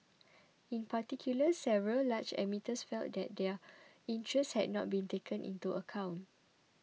in particular several large emitters felt that their interests had not been taken into account